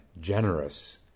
generous